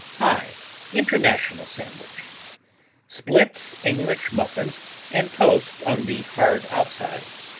i international sandwich split english muffins and toast on the hard outsides,